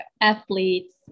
athletes